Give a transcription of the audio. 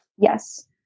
Yes